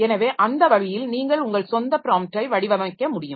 எனவே அந்த வழியில் நீங்கள் உங்கள் சொந்த ப்ராம்ப்டை வடிவமைக்க முடியும்